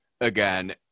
again